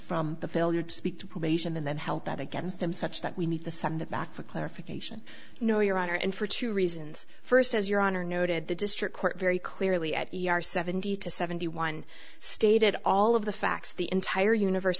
from the failure to speak to probation and then help that against them such that we need to send it back for clarification no your honor and for two reasons first as your honor noted the district court very clearly at e r seventy to seventy one stated all of the facts the entire universe